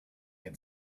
had